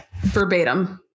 verbatim